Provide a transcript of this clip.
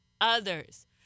others